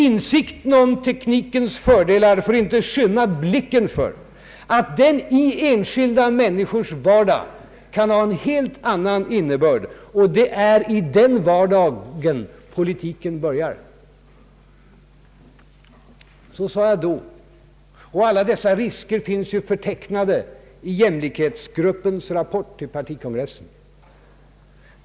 Insikten om teknikens fördelar får inte skymma blicken för att den i enskilda människors vardag kan ha en helt annan innebörd. Och det är i den vardagen politiken börjar. Detta sade jag för tre månader sedan, och alla dessa risker finns ju förtecknade i jämlikhetsgruppens rapport till partikongressen.